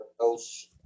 else